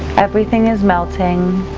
everything is melting,